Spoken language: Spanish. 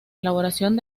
elaboración